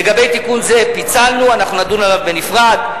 לגבי תיקון זה, פיצלנו, אנחנו נדון עליו בנפרד.